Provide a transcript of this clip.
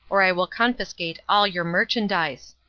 or i will confiscate all your merchandise.